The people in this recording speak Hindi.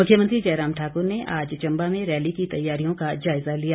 मुख्यमंत्री जयराम ठाकुर ने आज चंबा में रैली की तैयारियों का जायजा लिया